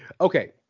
Okay